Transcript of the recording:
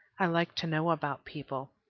i like to know about people.